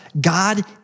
God